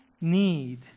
need